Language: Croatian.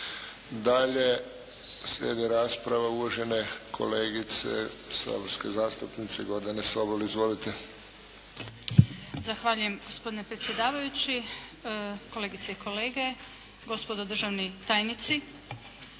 Dalje slijedi rasprava uvažene kolegice, saborske zastupnice Gordane Sobol. Izvolite. **Sobol, Gordana (SDP)** Zahvaljujem gospodine predsjedavajući, kolegice i kolege, gospodo državni tajnici.